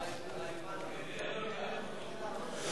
קבע אותם בצו באישור הוועדה המשותפת, (4)